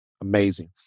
Amazing